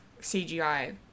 CGI